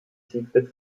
siegfried